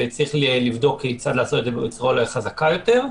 וצריך לבדוק כיצד לעשות את זה אולי בצורה חזקה יותר.